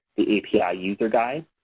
the api ah user guide,